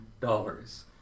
dollars